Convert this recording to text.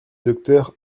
docteur